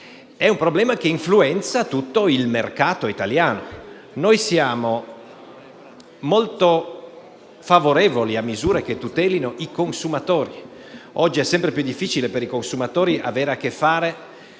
nei tribunali, ma influenza tutto il mercato italiano. Siamo molto favorevoli a misure che tutelino i consumatori. Oggi è sempre più difficile per i consumatori avere a che fare